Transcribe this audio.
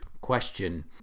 question